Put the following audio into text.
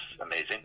amazing